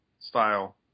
style